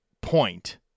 point